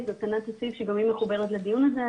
זו ענת אסיף שגם היא מחוברת לדיון הזה.